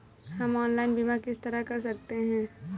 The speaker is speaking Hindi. हम ऑनलाइन बीमा किस तरह कर सकते हैं?